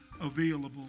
available